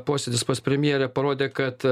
posėdis pas premjerę parodė kad